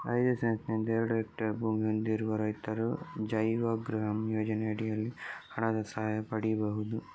ಐದು ಸೆಂಟ್ಸ್ ನಿಂದ ಎರಡು ಹೆಕ್ಟೇರ್ ಭೂಮಿ ಹೊಂದಿರುವ ರೈತರು ಜೈವಗೃಹಂ ಯೋಜನೆಯ ಅಡಿನಲ್ಲಿ ಹಣದ ಸಹಾಯ ಪಡೀಬಹುದು